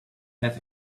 have